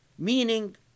meaning